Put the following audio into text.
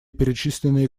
перечисленные